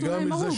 עשו כביש